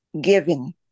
giving